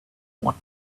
what